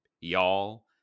y'all